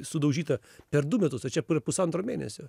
sudaužytą per du metus o čia per pusantro mėnesio